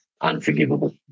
unforgivable